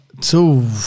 two